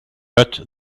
but